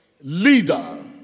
leader